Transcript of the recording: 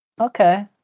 okay